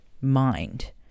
mind